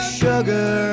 sugar